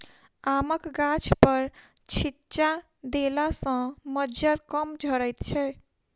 आमक गाछपर छिच्चा देला सॅ मज्जर कम झरैत छै